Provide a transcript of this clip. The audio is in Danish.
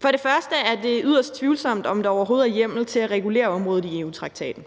For det første er det yderst tvivlsomt, om der overhovedet er hjemmel til at regulere området i EU-traktaten.